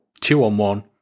two-on-one